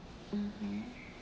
mmhmm